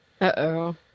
Uh-oh